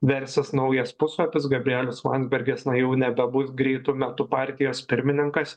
versis naujas puslapis gabrielius landsbergis na jau nebebus greitu metu partijos pirmininkas